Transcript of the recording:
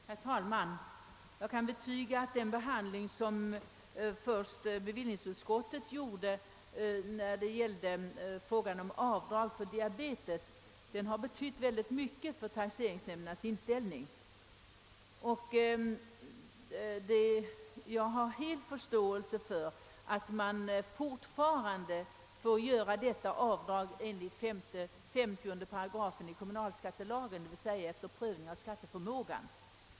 Herr talman! Jag kan betyga att bevillningsutskottets behandling av fråsan om avdrag för fördyrade levnadskostnader på grund av diabetes betytt väldigt mycket för taxeringsnämndernas inställning. Jag har full förståelse för att man fortfarande får göra detta avdrag enligt 50 § kommunalskattelagen, d.v.s. efter prövning av skatteförmågan.